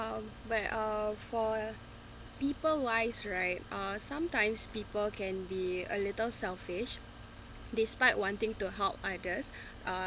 um but uh for people wise right uh sometimes people can be a little selfish despite wanting to help others uh